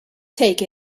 take